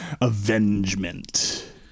Avengement